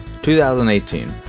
2018